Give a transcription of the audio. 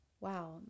wow